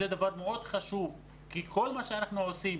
זה דבר מאוד חשוב כי כל מה שאנחנו עושים,